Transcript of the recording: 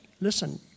listen